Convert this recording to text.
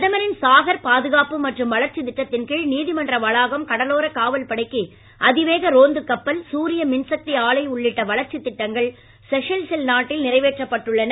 பிரதமாின் சாகர் பாதுகாப்பு மற்றும் வளர்ச்சி திட்டத்தின்கீழ் நீதிமன்ற வளாகம் கடலோர காவல்படைக்கு அதிவேக ரோந்துக் கப்பல் சூரிய மின்சக்தி ஆலை உள்ளிட்ட வளர்ச்சித் திட்டங்கள் செசல்ஸ் நாட்டில் நிறைவேற்றப்பட்டுள்ளன